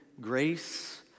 grace